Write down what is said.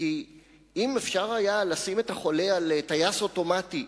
כי יש פה לא רק האינטרס של החולים אלא גם המלחמות של הגילדות,